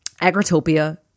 Agritopia